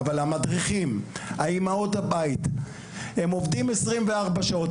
אבל המדריכים, אמהות הבית הם עובדים 24 שעות.